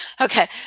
Okay